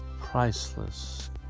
priceless